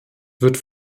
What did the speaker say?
wird